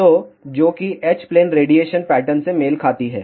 तो जोकि H plane radiation pattern से मेल खाती है